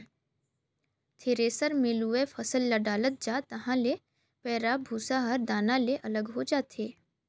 thresher मे लुवय फसल ल डालत जा तहाँ ले पैराःभूसा हर दाना ले अलग हो जाथे